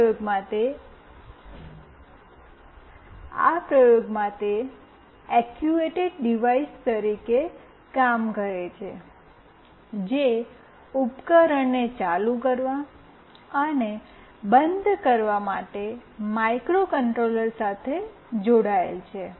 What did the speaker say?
આ પ્રયોગમાં તે એક્ટ્યુએટેડ ડિવાઇસ તરીકે કામ કરે છે જે ઉપકરણને ચાલુ કરવા અને બંધ કરવા માટે માઇક્રોકન્ટ્રોલર સાથે જોડાયેલ છે